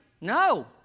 No